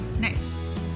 Nice